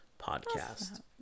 Podcast